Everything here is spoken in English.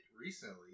recently